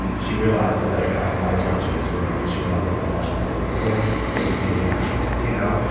and she realizes that a guy invites her out to his room and she realizes that's actually safer for her than to be in the actual casino.